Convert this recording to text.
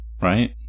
Right